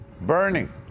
Burning